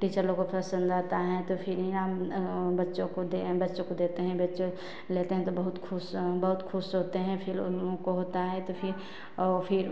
teacher लोग को पसन्द आता है तो फिर इनाम बच्चों को दे बच्चों को देते हैं बच्चे लेते हैं तो बहुत खुश बहुत खुश होते हैं फिर उनलोगों को होता है तो फिर फिर